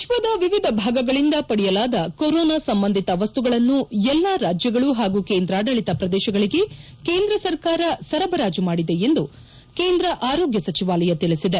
ವಿಶ್ದದ ವಿವಿಧ ಭಾಗಗಳಿಂದ ಪಡೆಯಲಾದ ಕೊರೊನಾ ಸಂಬಂಧಿತ ವಸ್ತುಗಳನ್ನು ಎಲ್ಲಾ ರಾಜ್ಯಗಳು ಹಾಗೂ ಕೇಂದ್ರಾಡಳಿತ ಪ್ರದೇಶಗಳಿಗೆ ಕೇಂದ್ರ ಸರ್ಕಾರ ಸರಬರಾಜು ಮಾಡಿದೆ ಎಂದು ಕೇಂದ್ರ ಆರೋಗ್ಗ ಸಚಿವಾಲಯ ತಿಳಿಸಿದೆ